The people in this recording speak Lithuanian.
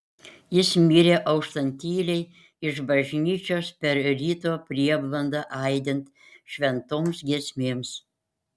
jis mirė auštant tyliai iš bažnyčios per ryto prieblandą aidint šventoms giesmėms